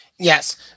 Yes